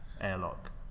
airlock